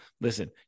listen